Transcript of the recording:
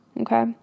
okay